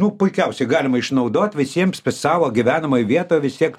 nu puikiausiai galima išnaudot visiems savo gyvenamoj vietoj vis tiek